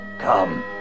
Come